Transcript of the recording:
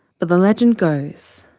but the legend goes,